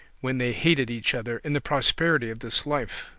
when they hated each other in the prosperity of this life?